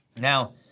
Now